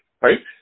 right